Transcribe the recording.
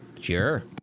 Sure